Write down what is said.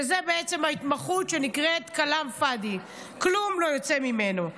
זו ההתמחות שנקראת "כלאם פאדי" כלום לא יוצא ממנו.